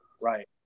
Right